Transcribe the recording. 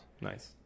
Nice